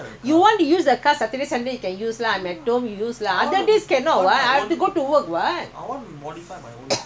there's no need to modify wait police catch you inspection all fake